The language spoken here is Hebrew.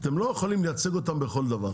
אתם לא יכולים לייצג אותם בכל דבר,